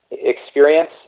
experience